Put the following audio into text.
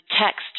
text